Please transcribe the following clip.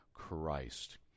Christ